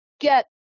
get